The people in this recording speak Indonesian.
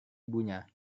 ibunya